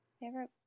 Favorite